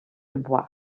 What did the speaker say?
dubois